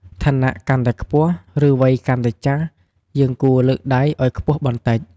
ឋានៈកាន់តែខ្ពស់ ឬវ័យកាន់តែចាស់ យើងគួរលើកដៃឱ្យខ្ពស់បន្តិច។